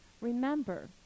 Remember